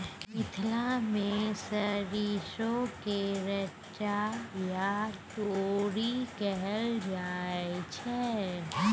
मिथिला मे सरिसो केँ रैचा या तोरी कहल जाइ छै